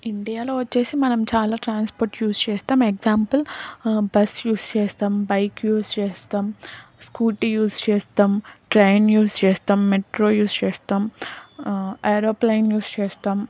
ఇండియాలో వచ్చేసి మనం చాలా ట్రాన్స్పోర్ట్ యూస్ చేస్తాం ఎగ్జాంపుల్ బస్ యూస్ చేస్తాం బైక్ యూస్ చేస్తాం స్కూటీ యూస్ చేస్తాం ట్రైన్ యూస్ చేస్తాం మెట్రో యూస్ చేస్తాం ఏరోప్లేయిన్ యూస్ చేస్తాం